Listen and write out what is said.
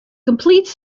complete